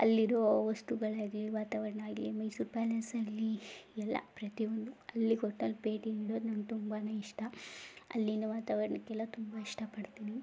ಅಲ್ಲಿರುವ ವಸ್ತುಗಳಾಗಲಿ ವಾತಾವರಣ ಆಗಲಿ ಮೈಸೂರು ಪ್ಯಾಲೇಸ್ ಆಗಲಿ ಎಲ್ಲ ಪ್ರತಿಯೊಂದೂ ಅಲ್ಲಿ ಒಟ್ನಲ್ಲಿ ಭೇಟಿ ನೀಡೋದು ನನ್ಗೆ ತುಂಬನೇ ಇಷ್ಟ ಅಲ್ಲಿನ ವಾತಾವರಣಕ್ಕೆಲ್ಲ ತುಂಬ ಇಷ್ಟಪಡ್ತೀನಿ